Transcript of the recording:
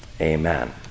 Amen